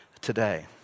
today